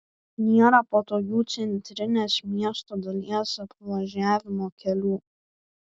nėra patogių centrinės miesto dalies apvažiavimo kelių